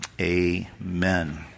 Amen